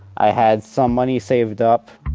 i had some money saved up.